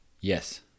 Yes